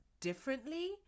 differently